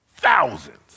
thousands